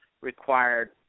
required